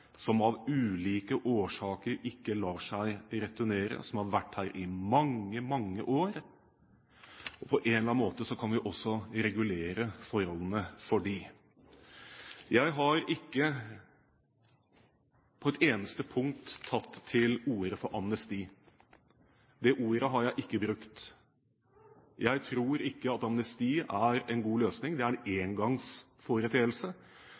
som av ulike årsaker ikke lar seg returnere, og som har vært her i mange, mange år. På en eller annen måte kan vi også regulere forholdene for dem. Jeg har ikke på et eneste punkt tatt til orde for amnesti. Det ordet har jeg ikke brukt. Jeg tror ikke at amnesti er en god løsning. Det er en